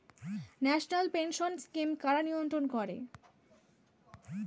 National pension scheme কারা নিয়ন্ত্রণ করে?